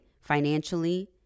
Financially